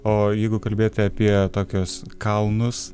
o jeigu kalbėti apie tokius kalnus